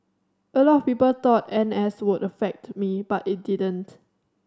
a lot of people thought N S would affect me but it didn't